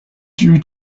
due